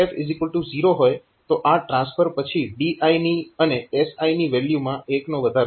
હવે જો DF0 હોય તો આ ટ્રાન્સફર પછી DI ની અને SI ની વેલ્યુમાં 1 નો વધારો થાય છે